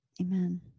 Amen